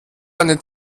eine